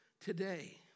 today